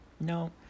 no